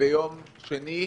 ביום שני,